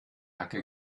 hacke